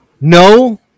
no